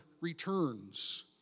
returns